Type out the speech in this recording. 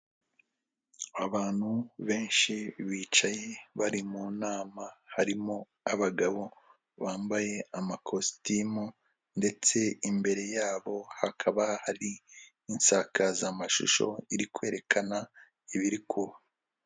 Abantu benshi bicaye bari mu nama harimo abagabo bambaye amakositimu ndetse imbere yabo hakaba hari insakazamashusho iri kwerekana ibiri kuba.